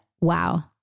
wow